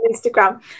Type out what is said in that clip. instagram